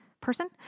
person